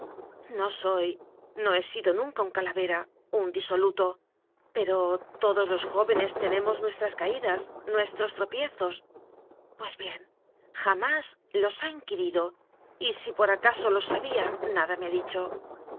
no soy no he sido nunca un calavera un disoluto pero todos los jóvenes tenemos muestras caídas nues tros tropiezos pues bien jamás los ha inqui rido y si por acaso los sabía nada me ha di